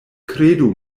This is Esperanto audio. kredu